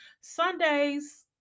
Sundays